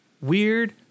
weird